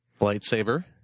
lightsaber